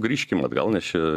grįžkim atgal nes čia